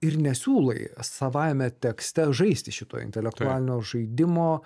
ir nesiūlai savaime tekste žaisti šito intelektualinio žaidimo